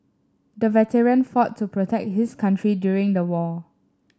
the veteran fought to protect his country during the war